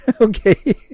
Okay